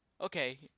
Okay